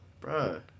bro